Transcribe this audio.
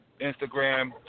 Instagram